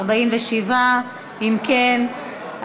47. אם כן,